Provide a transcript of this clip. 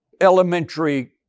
elementary